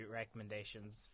recommendations